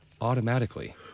automatically